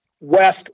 west